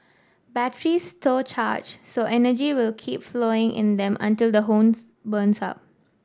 batteries store charge so energy will keep flowing in them until the whole burns up